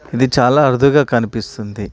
ఇది చాలా అరుదుగా కనిపిస్తుంది